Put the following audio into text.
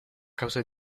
causa